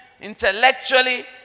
intellectually